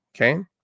okay